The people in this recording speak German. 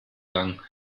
lang